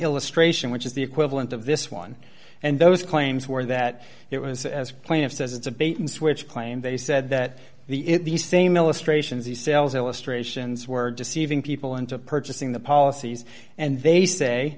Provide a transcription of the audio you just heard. illustration which is the equivalent of this one and those claims were that it was as plaintiff says it's a bait and switch claim he said that the it's the same illustrations the sales illustrations were deceiving people into purchasing the policies and they say